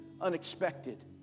unexpected